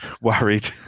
worried